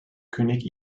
könig